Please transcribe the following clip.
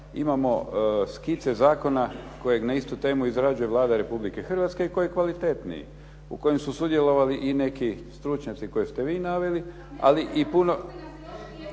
imamo skice zakona kojeg na istu temu izrađuje Vlada Republike Hrvatske i koji je kvalitetniji. U kojem su sudjelovali i neki stručnjaci koje ste vi naveli …… /Upadica